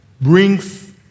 brings